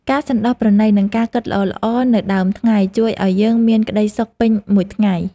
ការសន្តោសប្រណី និងការគិតល្អៗនៅដើមថ្ងៃ ជួយឱ្យយើងមានក្តីសុខពេញមួយថ្ងៃ។